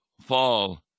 fall